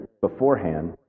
beforehand